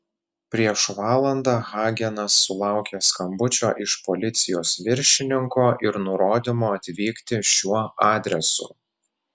prieš valandą hagenas sulaukė skambučio iš policijos viršininko ir nurodymo atvykti šiuo adresu